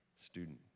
student